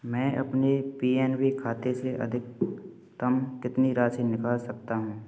मैं अपने P N B खाते से अधिकतम कितनी राशि निकाल सकता हूँ